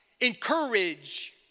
encourage